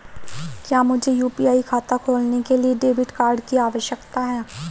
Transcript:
क्या मुझे यू.पी.आई खाता खोलने के लिए डेबिट कार्ड की आवश्यकता है?